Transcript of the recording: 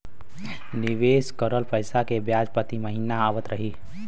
निवेश करल पैसा के ब्याज प्रति महीना आवत रही?